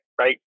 Right